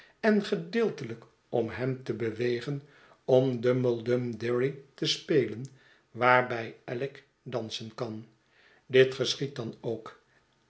en gedeeltelijk om hem te bewegen om dumbledum dearyte spelen waarby alick dansen kan dit geschiedt dan ook